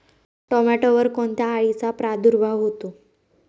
टोमॅटोवर कोणत्या अळीचा प्रादुर्भाव होतो?